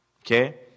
Okay